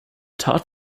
tat